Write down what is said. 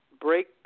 break